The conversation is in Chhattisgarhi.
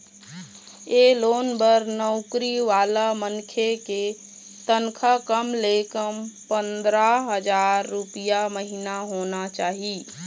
ए लोन बर नउकरी वाला मनखे के तनखा कम ले कम पंदरा हजार रूपिया महिना होना चाही